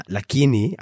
Lakini